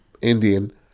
Indian